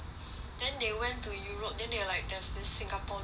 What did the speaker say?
then they went to europe then they're like there's this singapore noodles